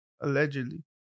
allegedly